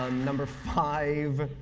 um number five,